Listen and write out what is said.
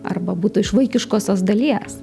arba būtų iš vaikiškosios dalies